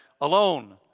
alone